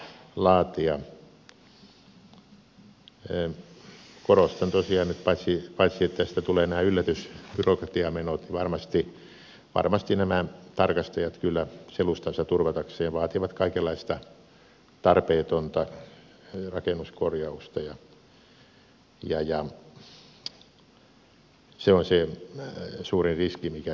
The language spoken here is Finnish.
korostan tosiaan että paitsi että tästä tulee nämä yllätysbyrokratiamenot varmasti tarkastajat kyllä selustansa turvatakseen vaativat kaikenlaista tarpeetonta rakennuskorjausta ja se on se suurin riski mikä tähän sisältyy